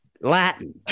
Latin